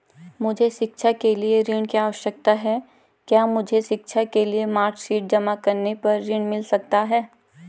मुझे शिक्षा के लिए ऋण की आवश्यकता है क्या मुझे शिक्षा के लिए मार्कशीट जमा करने पर ऋण मिल सकता है?